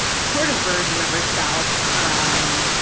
sort of version of herself, um,